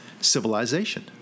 civilization